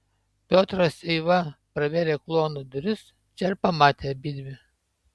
piotras eiva pravėrė kluono duris čia ir pamatė abidvi